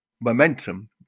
momentum